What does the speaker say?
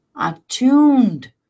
attuned